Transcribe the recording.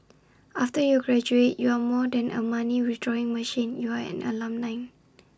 after you graduate you are more than A money withdrawing machine you are an alumni